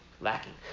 Lacking